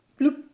bloop